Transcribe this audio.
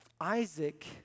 Isaac